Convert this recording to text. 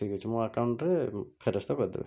ଠିକ ଅଛି ମୋ ଆକାଉଣ୍ଟରେ ଫେରସ୍ତ କରିଦେବେ